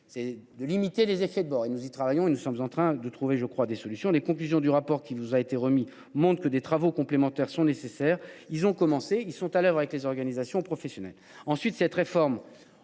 s’agit de limiter les effets de bord. Nous y travaillons, et nous sommes près de trouver des solutions. Les conclusions du rapport qui vous a été remis indiquent que des travaux complémentaires sont nécessaires. Ils ont commencé, en lien avec les organisations professionnelles. Cette réforme